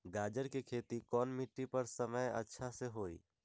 गाजर के खेती कौन मिट्टी पर समय अच्छा से होई?